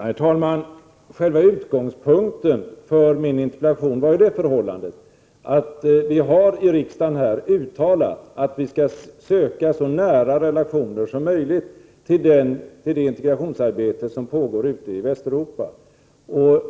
Herr talman! Själva utgångspunkten för min interpellation var ju det förhållandet att riksdagen har uttalat att vi skall söka så nära relationer som möjligt vid det integrationsarbete som pågår i Västeuropa.